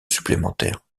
supplémentaire